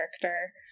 character